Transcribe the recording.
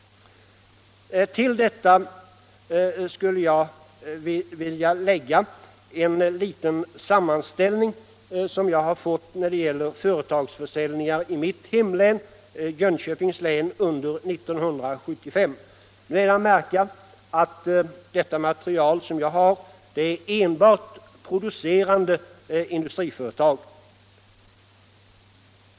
Till detta skulle jag vilja lägga en liten sammanställning som jag fått när det gäller företagsförsäljningar i mitt hemlän — Jönköpings län — under 1975. Nu är det att märka att detta material som jag har gäller enbart producerande industriföretag.